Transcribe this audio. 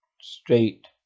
straight